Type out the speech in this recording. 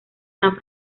san